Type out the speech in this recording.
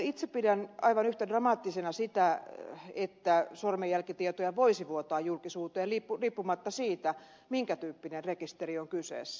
itse pidän aivan yhtä dramaattisena sitä että sormenjälkitietoja voisi vuotaa julkisuuteen riippumatta siitä minkä tyyppinen rekisteri on kyseessä